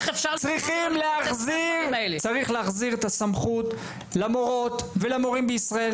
צריך להחזיר את הסמכות למורות ולמורים בישראל,